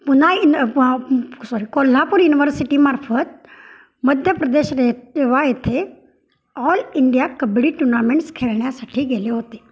पुन्हा इन सॉरी कोल्हापूर इनवर्सिटीमार्फत मध्यप्रदेश रे रेवा येथे ऑल इंडिया कबड्डी टूर्नामेंट्स खेळण्यासाठी गेले होते